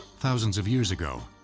thousands of years ago,